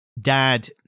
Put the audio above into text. Dad